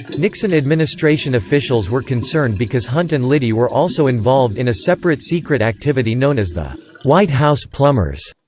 nixon administration officials were concerned because hunt and liddy were also involved in a separate secret activity known as the white house plumbers,